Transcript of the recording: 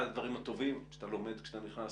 אחד הדברים הטובים שאתה למד כשאתה נכנס